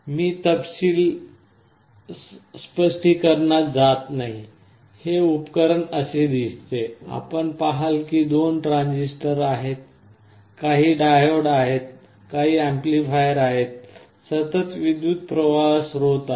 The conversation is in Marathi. मी तपशील स्पष्टीकरणात जात नाही हे उपकरण असे दिसते आपण पहाल की दोन ट्रान्झिस्टर आहेत काही डायोड आहेत काही ऍम्प्लिफायर आहेत सतत विद्युत प्रवाह स्त्रोत आहे